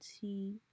tea